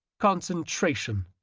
concentration,